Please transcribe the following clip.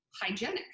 hygienic